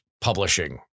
publishing